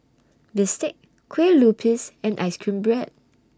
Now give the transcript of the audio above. Bistake Kue Lupis and Ice Cream Bread